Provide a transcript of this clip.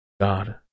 God